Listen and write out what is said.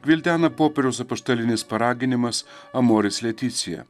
gvildena popiežiaus apaštalinis paraginimas amoris leticija